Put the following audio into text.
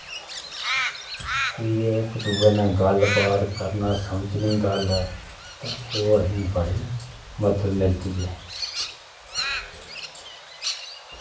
भी इक्क दूऐ नै गल्ल बात करना समझनी गल्ल तां ओह् असेंगी बड़ी मदद मिलदी ऐ